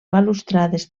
balustrades